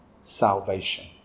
salvation